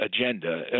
agenda